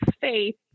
faith